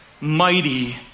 mighty